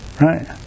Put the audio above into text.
right